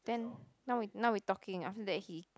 then now we now we talking after that he